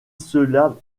cela